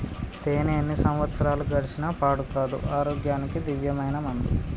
తేనే ఎన్ని సంవత్సరాలు గడిచిన పాడు కాదు, ఆరోగ్యానికి దివ్యమైన మందు